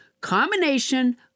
combination